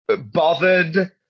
bothered